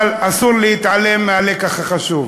אבל אסור להתעלם מהלקח החשוב,